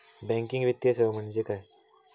Banking वित्तीय सेवा म्हणजे काय?